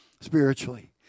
spiritually